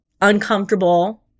uncomfortable